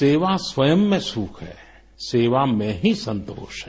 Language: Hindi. सेवा स्वयं में सुख है सेवा में ही संतोष है